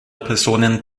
personen